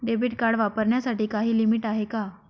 Debit card वापरण्यासाठी काही limit आहे का?